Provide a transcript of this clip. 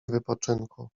wypoczynku